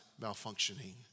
malfunctioning